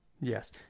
Yes